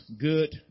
good